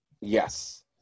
Yes